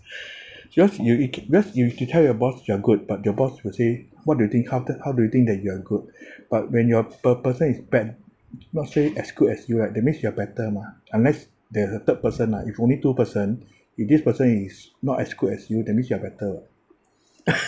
because you you c~ because you you have to tell your boss you are good but your boss will say what do you think how d~ how do you think that you are good but when your per~ person is bad not say as good as you right that means you are better mah unless the third person like if only two person if this person is not as good as you that means you are better [what]